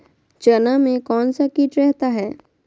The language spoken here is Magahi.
चना में कौन सा किट रहता है?